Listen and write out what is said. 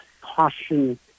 caution